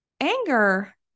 Anger